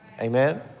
Amen